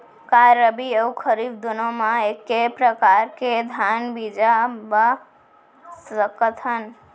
का रबि अऊ खरीफ दूनो मा एक्के प्रकार के धान बीजा बो सकत हन?